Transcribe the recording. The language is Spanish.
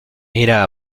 era